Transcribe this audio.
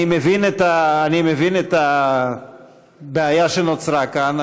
אני מבין את הבעיה שנוצרה כאן.